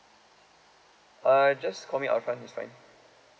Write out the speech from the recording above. uh just call me arfan is fine